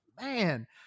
man